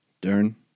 Dern